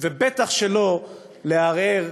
ובטח שלא להרהר,